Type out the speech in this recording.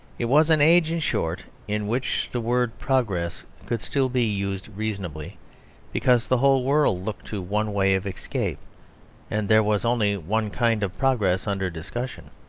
it was an age, in short, in which the word progress could still be used reasonably because the whole world looked to one way of escape and there was only one kind of progress under discussion.